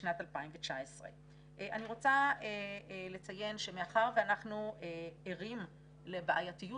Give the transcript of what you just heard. בשנת 2019. אני רוצה לציין שמאחר ואנחנו ערים לבעייתיות